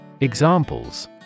Examples